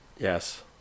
Yes